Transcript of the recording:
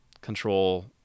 control